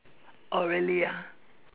oh really ah